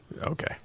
Okay